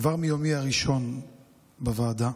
כבר מיומי הראשון בוועדה,